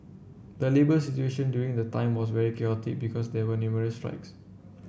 the labour situation during the time was very chaotic because there were numerous strikes